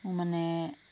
মানে